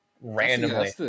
randomly